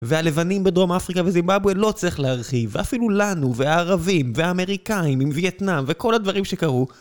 והלבנים בדרום אפריקה וזימבבואה לא צריך להרחיב, ואפילו לנו והערבים והאמריקאים עם וייטנאם וכל הדברים שקרו